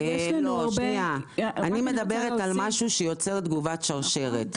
אני מדברת על משהו שיוצר תגובת שרשרת.